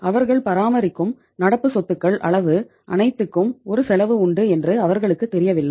அவர்கள் பராமரிக்கும் நடப்பு சொத்துக்கள் அளவு அனைத்துக்கும் ஒரு செலவு உண்டு என்று அவர்களுக்கு தெரியவில்லை